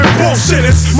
bullshitters